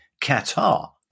Qatar